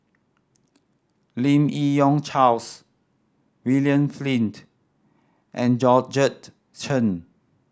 Lim Yi Yong Charles William Flint and Georgette Chen